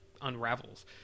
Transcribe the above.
unravels